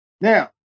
Now